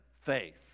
faith